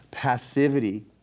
Passivity